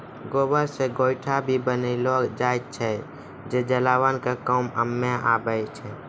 गोबर से गोयठो भी बनेलो जाय छै जे जलावन के काम मॅ आबै छै